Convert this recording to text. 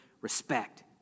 respect